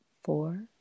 four